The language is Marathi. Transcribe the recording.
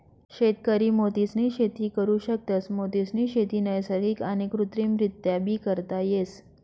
शेतकरी मोतीसनी शेती करु शकतस, मोतीसनी शेती नैसर्गिक आणि कृत्रिमरीत्याबी करता येस